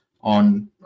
on